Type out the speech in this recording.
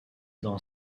dans